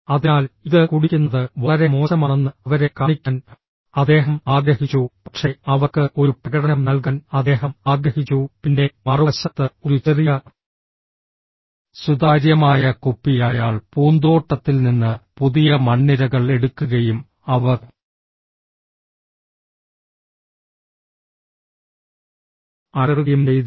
അതിനാൽ ഇത് കുടിക്കുന്നത് വളരെ മോശമാണെന്ന് അവരെ കാണിക്കാൻ അദ്ദേഹം ആഗ്രഹിച്ചു പക്ഷേ അവർക്ക് ഒരു പ്രകടനം നൽകാൻ അദ്ദേഹം ആഗ്രഹിച്ചു പിന്നെ മറുവശത്ത് ഒരു ചെറിയ സുതാര്യമായ കുപ്പി അയാൾ പൂന്തോട്ടത്തിൽ നിന്ന് പുതിയ മണ്ണിരകൾ എടുക്കുകയും അവ അലറുകയും ചെയ്തു